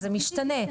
זה משתנה.